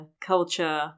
culture